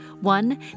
One